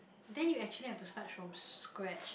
then you actually have to start from scratch